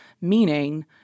meaning